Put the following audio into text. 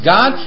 God